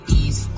east